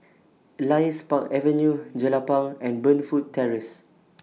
Elias Park Avenue Jelapang and Burnfoot Terrace